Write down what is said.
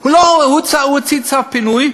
הוא הוציא צו פינוי,